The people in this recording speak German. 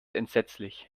entsetzlich